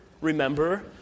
remember